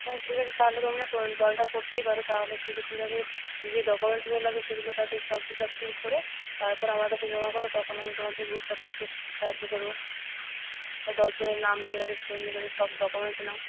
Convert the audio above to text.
হ্যাঁ ঠিক আছে তাহলে তোমরা দলটা করতেই পার তাহলে সেক্ষেত্রে তাহলে যে ডকুমেন্টসগুলো লাগবে সেগুলো তাদের সবকিছু একসাথে করে তারপর আমার কাছে জমা করো তখন আমি তোমাদের গ্রুপটা খুলতে সাহায্য করব দশ জনের নাম নিয়ে তাদের সই নিয়ে তাদের সব ডকুমেন্টস নাও